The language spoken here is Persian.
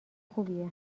خوبیه